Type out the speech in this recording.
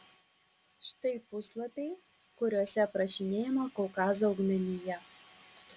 štai puslapiai kuriuose aprašinėjama kaukazo augmenija